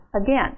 again